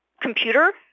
computer